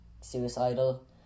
suicidal